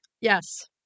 Yes